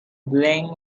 black